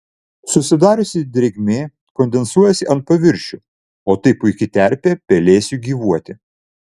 susidariusi drėgmė kondensuojasi ant paviršių o tai puiki terpė pelėsiui gyvuoti